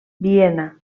viena